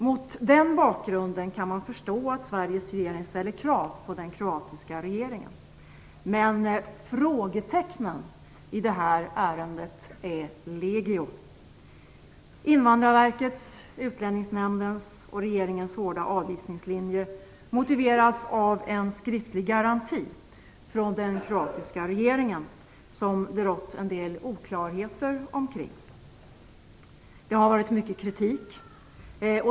Mot den bakgrunden kan man förstå att Sveriges regering ställer krav på den kroatiska regeringen. Men frågetecknen i det här ärendet är legio. Invandrarverkets, utlänningsnämndens och regeringens hårda avvisningslinje motiveras av en skriftlig garanti från den kroatiska regeringen som det rått en del oklarheter omkring. Det har funnits mycket kritik.